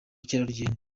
bukerarugendo